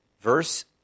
verse